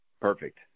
Perfect